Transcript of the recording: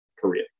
Korea